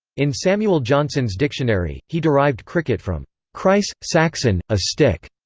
in samuel johnson's dictionary, he derived cricket from cryce, saxon, a stick.